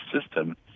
system